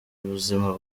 buzima